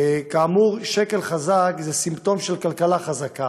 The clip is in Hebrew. כאמור, שקל חזק זה סימפטום של כלכלה חזקה.